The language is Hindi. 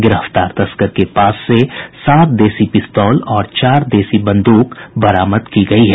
गिरफ्तार तस्कर के पास से सात देसी पिस्तौल और चार देसी बन्द्रक बरामद की गयी है